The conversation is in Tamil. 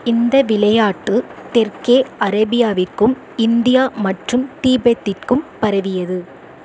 இந்த விளையாட்டு தெற்கே அரேபியாவிற்கும் இந்தியா மற்றும் திபெத்திற்கும் பரவியது